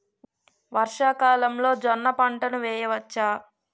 వర్షాకాలంలో జోన్న పంటను వేయవచ్చా?